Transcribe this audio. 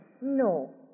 No